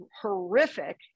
horrific